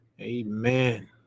amen